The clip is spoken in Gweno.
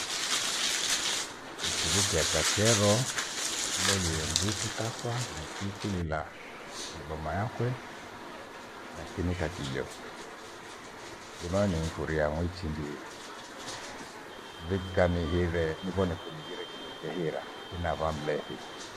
Nichivukia Kakero nilolie nguku takwa na iti kulela iboma yakwe na itineka kijo. Ndimayo niifurie amu ichinjii, mrika nihire nivone kunighire kindo cheira thina va mlezi.